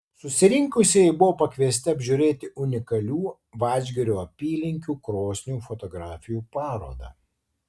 susirinkusieji buvo pakviesti apžiūrėti unikalių vadžgirio apylinkių krosnių fotografijų parodą